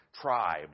tribe